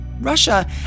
Russia